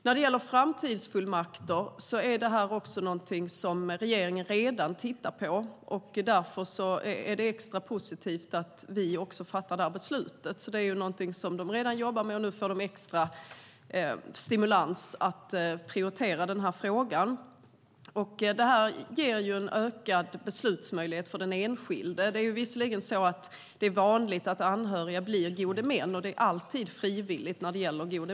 När det gäller framtidsfullmakter tittar regeringen redan på det. Därför är det extra positivt att vi också fattar det här beslutet. De jobbar redan med det, och nu får de extra stimulans att prioritera frågan. Framtidsfullmakter ger ökad beslutsmöjlighet för den enskilde. Det är visserligen vanligt att anhöriga blir gode män, och det är alltid frivilligt.